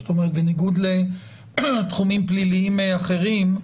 זאת אומרת, בניגוד לתחומים פליליים אחרים,